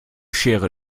schere